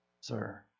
sir